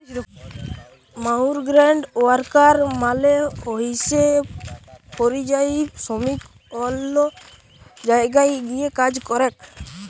migrant worker মালে হইসে পরিযায়ী শ্রমিক যারা অল্য জায়গায় গিয়ে কাজ করেক